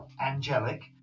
angelic